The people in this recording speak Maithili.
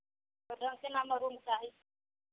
तऽ ढङ्गके ने हमरा रूम चाही